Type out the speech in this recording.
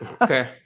Okay